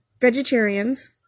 vegetarians